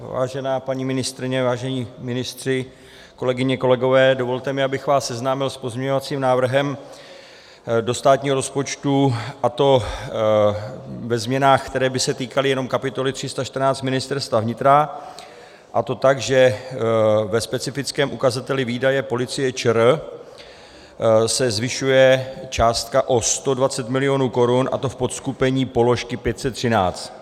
Vážená paní ministryně, vážení ministři, kolegyně, kolegové, dovolte mi, abych vás seznámil s pozměňovacím návrhem do státního rozpočtu, a to ve změnách, které by se týkaly jenom kapitoly 314 Ministerstva vnitra, a to tak, že ve specifickém ukazateli výdaje policie ČR se zvyšuje částka o 120 mil. korun, a to v podseskupení položky 513.